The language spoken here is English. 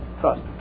trust